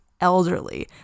elderly